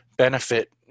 benefit